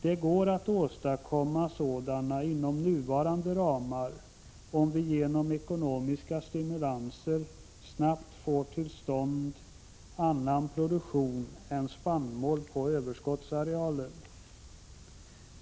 Det går att åstadkomma sådana inom nuvarande ramar, om vi genom ekonomiska stimulanser snabbt får till stånd annan produktion än spannmålsproduktion på överskottsarealen.